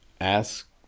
ask